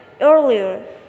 earlier